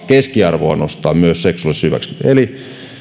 keskiarvoa myös seksuaalisessa hyväksikäytössä eli